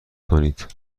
کنید